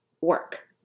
work